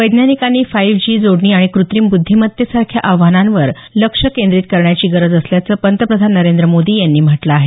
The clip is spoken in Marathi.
वैज्ञानिकांनी फाईव्ह जी जोडणी आणि कृत्रिम बुद्धीमत्तेसारख्या आव्हानांवर लक्ष केंद्रित करण्याची गरज असल्याचं पंतप्रधान नरेंद्र मोदी यांनी म्हटलं आहे